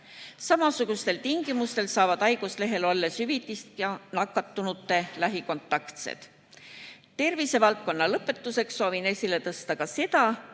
Samasugustel tingimustel saavad haiguslehel olles hüvitist nakatunute lähikontaktsed. Tervisevaldkonna teema lõpetuseks soovin veel esile tõsta, et